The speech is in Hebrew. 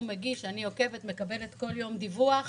הוא מגיש, אני עוקבת, מקבלת כל יום דיווח